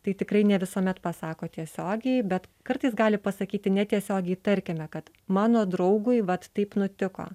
tai tikrai ne visuomet pasako tiesiogiai bet kartais gali pasakyti netiesiogiai tarkime kad mano draugui vat taip nutiko